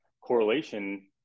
correlation